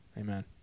Amen